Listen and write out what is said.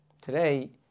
Today